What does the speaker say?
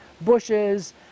bushes